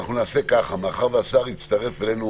מאחר שהשר יצטרף אלינו